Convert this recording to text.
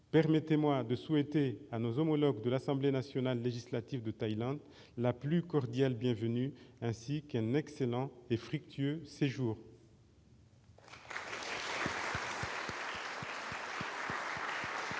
permettez-moi de souhaiter à nos homologues de l'Assemblée nationale législative de Thaïlande la plus cordiale bienvenue, ainsi qu'un excellent et fructueux séjour.